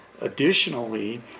additionally